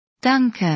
Danke